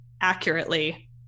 accurately